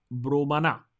Bromana